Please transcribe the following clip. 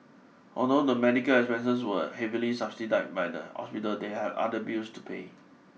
although the medical expenses were heavily subsidised by the hospital they had other bills to pay